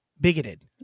bigoted